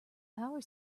power